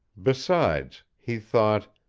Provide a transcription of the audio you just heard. besides, he thought,